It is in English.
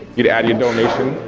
you'd add your donation.